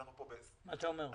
מה אתה אומר?